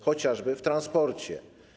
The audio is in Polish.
chociażby w transporcie?